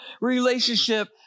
relationship